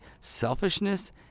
Selfishness